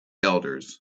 elders